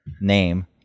name